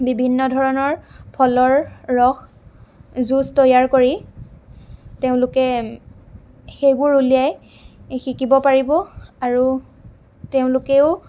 বিভিন্ন ধৰণৰ ফলৰ ৰস জুছ তৈয়াৰ কৰি তেওঁলোকে সেইবোৰ উলিয়াই শিকিব পাৰিব আৰু তেওঁলোকেও